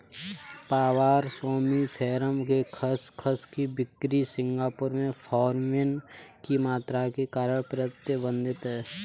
papaver सोम्निफेरम के खसखस की बिक्री सिंगापुर में मॉर्फिन की मात्रा के कारण प्रतिबंधित है